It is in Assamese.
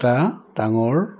এটা ডাঙৰ